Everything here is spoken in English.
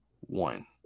one